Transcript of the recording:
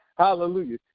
Hallelujah